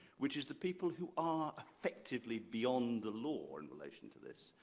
which is the people who are effectively beyond the law in relation to this,